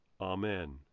Amen